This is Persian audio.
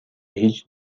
هیچ